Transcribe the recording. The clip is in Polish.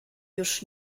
już